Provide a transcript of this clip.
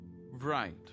Right